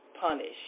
punish